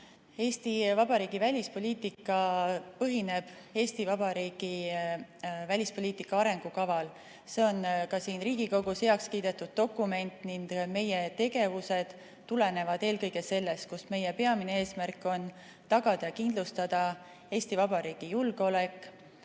Eesti Vabariigi välispoliitika põhineb Eesti Vabariigi välispoliitika arengukaval, see on ka siin Riigikogus heaks kiidetud dokument, ning meie tegevused tulenevad eelkõige sellest, et meie peamine eesmärk on tagada ja kindlustada Eesti Vabariigi julgeolek.